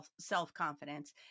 self-confidence